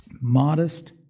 Modest